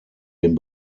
den